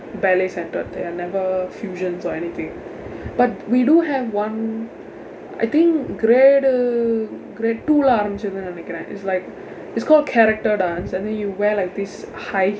ballet centred they are never fusions or anything but we do have one I think grade grade two இல்ல ஆரம்பிச்சேன் நினைக்கிறேன்:illa aarambichen ninaikiren it's like it's called character dance and then you wear like this high